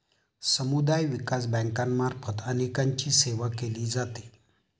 समुदाय विकास बँकांमार्फत अनेकांची सेवा केली जाते